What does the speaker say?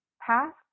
past